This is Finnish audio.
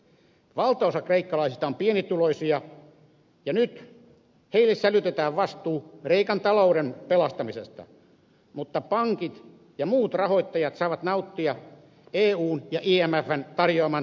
valtaosa kreikkalaisista on pienituloisia ja nyt heille sälytetään vastuu kreikan talouden pelastamisesta mutta pankit ja muut rahoittajat saavat nauttia eun ja imfn tarjoamasta turvasta